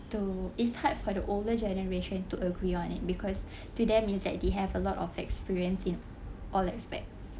to it's hard for the older generation to agree on it because to them it's like that they have a lot of experience in all aspects